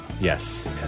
yes